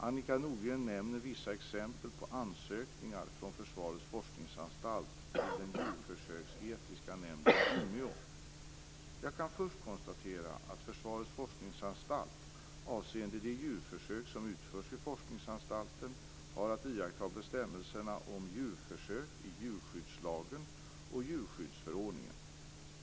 Annika Nordgren nämner vissa exempel på ansökningar från Försvarets forskningsanstalt till Djurförsöksetiska nämnden i Umeå. Jag kan först konstatera att Försvarets forskningsanstalt avseende de djurförsök som utförs vid forskningsanstalten har att iaktta bestämmelserna om djurförsök i djurskyddslagen och djurskyddsförordningen .